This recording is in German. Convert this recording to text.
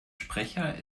sprecher